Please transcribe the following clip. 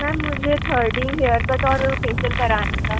ma'am मुझे threading haircut और facial कराना था